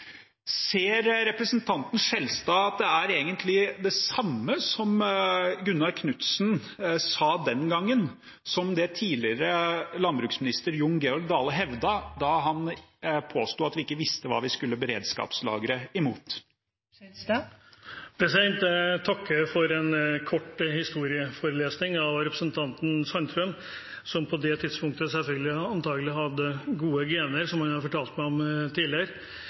Ser representanten Skjelstad at det egentlig er det samme som Gunnar Knudsen sa den gangen, som det tidligere landbruksminister Jon Georg Dale hevdet da han påsto at vi ikke visste hva vi skulle beredskapslagre imot? Jeg takker for en kort historieforelesning av representanten Sandtrøen, som på det tidspunktet selvfølgelig antakelig hadde gode gener, som han har fortalt meg om tidligere.